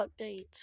updates